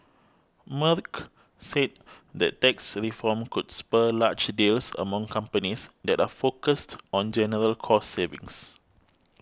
Merck said that tax reform could spur large deals among companies that are focused on general cost savings